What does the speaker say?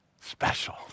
special